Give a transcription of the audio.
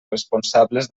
responsables